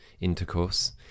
intercourse